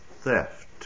theft